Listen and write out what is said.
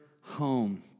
home